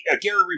Gary